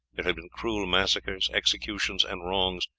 there had been cruel massacres, executions, and wrongs,